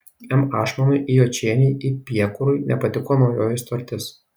m ašmonui i jočienei i piekurui nepatiko naujoji sutartis